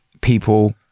people